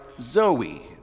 Zoe